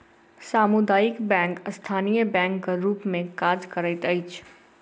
सामुदायिक बैंक स्थानीय बैंकक रूप मे काज करैत अछि